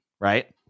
right